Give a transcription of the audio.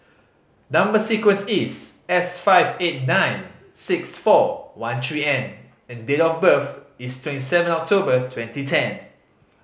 number sequence is S five eight nine six four one three N and date of birth is twenty seven October twenty ten